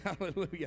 Hallelujah